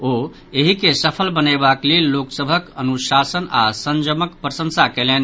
ओ एहि के सफल बनयबाक लेल लोक सभक अनुशासन आओर संयमक प्रशंसा कयलनि